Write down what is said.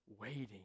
waiting